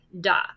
da